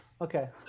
okay